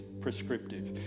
prescriptive